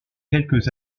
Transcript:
quelques